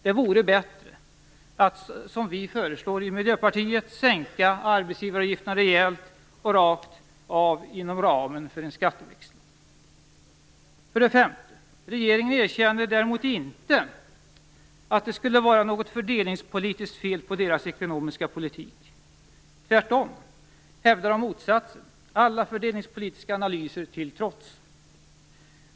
Det vore bättre att, som vi i Miljöpartiet föreslår, sänka arbetsgivaravgifterna rejält och rakt av inom ramen för en skatteväxling. För det femte erkänner regeringen däremot inte att det skulle vara något fördelningspolitiskt fel på deras ekonomiska politik. Tvärtom hävdar de motsatsen, alla fördelningspolitiska analyser till trots.